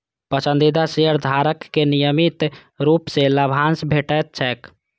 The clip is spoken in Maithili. पसंदीदा शेयरधारक कें नियमित रूप सं लाभांश भेटैत छैक